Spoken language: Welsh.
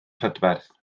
prydferth